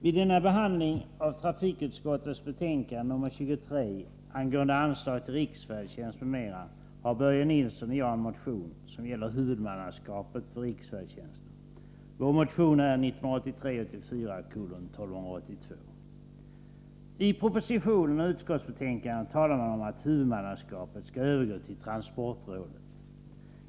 Fru talman! I trafikutskottets betänkande 23 angående anslag till riksfärdtjänst m.m. behandlas en motion av Börje Nilsson och mig — 1983/84:1282 — som gäller huvudmannaskapet för riksfärdtjänsten. I propositionen och utskottsbetänkandet talar man om att huvudmannaskapet skall övergå till transportrådet.